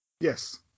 Yes